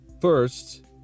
first